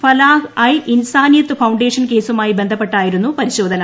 Falah i Insaniyat Foundation കേസുമായി ബന്ധപ്പെട്ടായിരുന്നു പരിശോധന